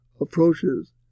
approaches